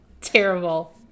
Terrible